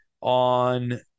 on